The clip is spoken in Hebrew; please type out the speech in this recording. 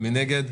מי נגד?